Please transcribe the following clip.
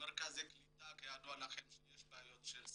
במרכזי הקליטה יש, כידוע, בעיות של שפה,